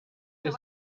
sich